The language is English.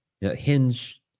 hinge